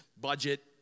Budget